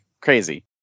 crazy